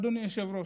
אדוני היושב-ראש.